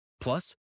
Plus